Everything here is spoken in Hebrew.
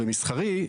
ומסחרי,